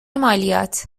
مالیات